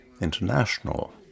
international